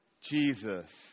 Jesus